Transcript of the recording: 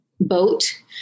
boat